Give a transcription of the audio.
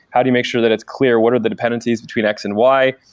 how do you make sure that it's clear? what are the dependencies between x and y?